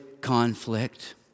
conflict